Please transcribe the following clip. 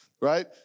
right